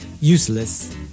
useless